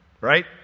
right